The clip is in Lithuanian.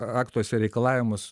aktuose reikalavimus